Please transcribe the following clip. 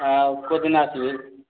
ଆଉ କେଉଁ ଦିନ ଆସିବେ